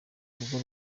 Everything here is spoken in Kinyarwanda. urugo